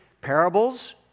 parables